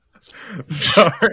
Sorry